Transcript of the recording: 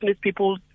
people